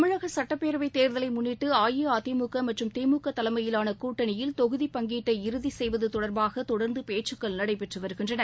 தமிழகசட்டப்பேரவைதேர்தலைமுன்னிட்டுஅஇஅதிமுகமற்றும் திமுகதலைமையிலானகூட்டணியில் தொகுதிப்பங்கீட்டை இறுதிசெய்வதுதொடர்பாகதொடர்ந்துபேச்சுக்கள் நடைபெற்றுவருகின்றன